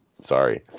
sorry